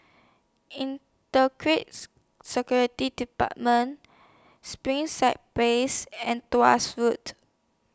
Inter Security department Springside Place and Road